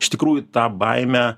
iš tikrųjų tą baimę